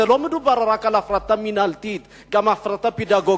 לא מדובר רק על הפרטה מינהלתית אלא גם על הפרטה פדגוגית.